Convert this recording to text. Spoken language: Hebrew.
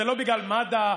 זה לא בגלל מד"א,